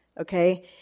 okay